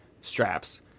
straps